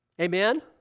Amen